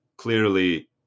Clearly